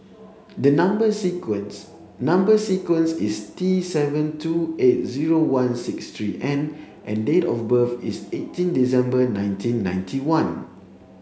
the number sequence number sequence is T seven two eight zero one six three N and date of birth is eighteen December nineteen ninety one